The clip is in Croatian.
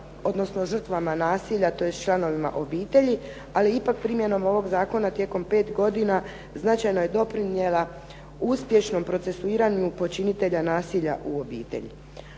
odnosno žrtvama nasilja, tj. članovima obitelji. Ali ipak primjenom ovog zakona tijekom pet godina značajno je doprinijela uspješnom procesuiranju počinitelja nasilja u obitelji.